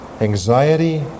anxiety